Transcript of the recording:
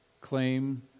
claim